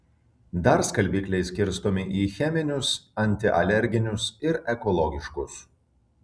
dar skalbikliai skirstomi į cheminius antialerginius ir ekologiškus